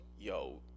Yo